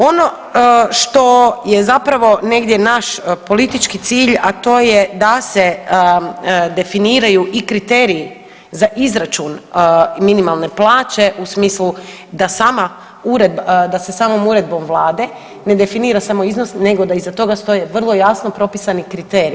Ono što je zapravo negdje naš politički cilj, a to je da se definiraju i kriteriji za izračun minimalne plaće u smislu da sama, da se samom Uredbom Vlade ne definira samo iznos nego da iza toga stoje vrlo jasno pripisani kriteriji.